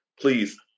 Please